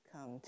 come